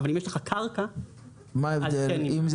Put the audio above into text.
אבל אם יש לך קרקע אז כן נמנע ממך.